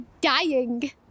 dying